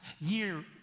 year